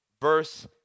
verse